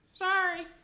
Sorry